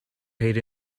paid